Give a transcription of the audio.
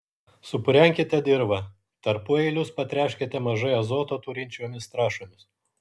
supurenkite dirvą tarpueilius patręškite mažai azoto turinčiomis trąšomis